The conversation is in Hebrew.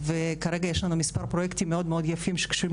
וכרגע יש לנו מספר פרויקטים מאוד מאוד יפים שקשורים